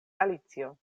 alicio